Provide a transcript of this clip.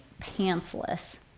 pantsless